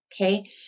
okay